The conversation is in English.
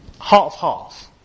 half-half